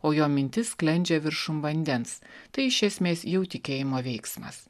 o jo mintis sklendžia viršum vandens tai iš esmės jau tikėjimo veiksmas